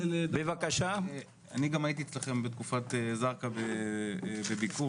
אני הייתי גם אצלכם בתקופת זרקא בביקור,